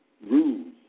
rules